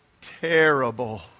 terrible